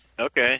Okay